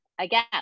again